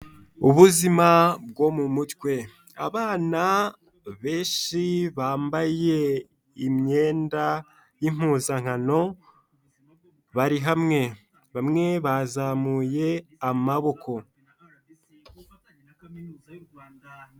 Ubuzima bwo mu mutwe abana benshi bambaye imyenda y'impuzankano bari hamwe, bamwe bazamuye amaboko.